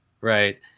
right